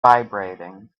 vibrating